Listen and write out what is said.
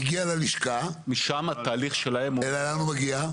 הגיע ללשכה, לאן הוא מגיע?